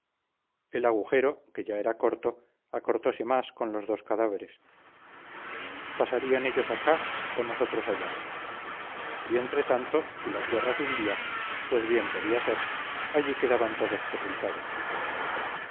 el agujero que ya era corto acortose más con los dos cadáveres pasarían ellos acá o nosotros allá y entre tanto si la tierra se hundía pues bien podía ser allí quedaban todos sepultados